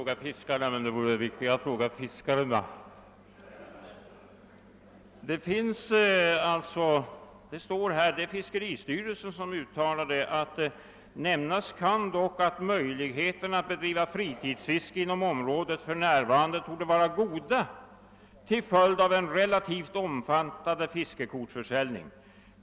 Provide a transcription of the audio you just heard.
Herr talman! Herr Lundberg har inte svarat mig, om han har frågat fiskarena — inte fiskarna. Fiskeristyrelsen skriver: »Nämnas kan dock att möjligheterna att bedriva fritidsfiske inom området för närvarande torde vara goda till följd av en relativt omfattande fiskekortsförsäljning.